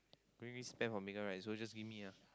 gonna really spend for Megan right so just give me lah